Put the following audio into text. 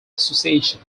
association